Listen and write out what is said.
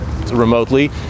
remotely